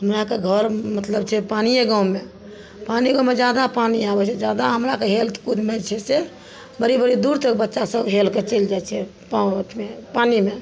हमरा अरके घर मतलब छै पानिये गाँवमे पानि गाँवमे जादा पानि आबय छै जादा हमराके हेल कूद नहि छै से बड़ी बड़ी दूर तक बच्चा सब हेलके चलि जाइ छै पानिमे पानिमे